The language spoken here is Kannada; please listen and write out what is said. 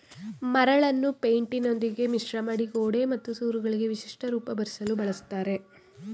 ಮರಳನ್ನು ಪೈಂಟಿನೊಂದಿಗೆ ಮಿಶ್ರಮಾಡಿ ಗೋಡೆ ಮತ್ತು ಸೂರುಗಳಿಗೆ ವಿಶಿಷ್ಟ ರೂಪ ಬರ್ಸಲು ಬಳುಸ್ತರೆ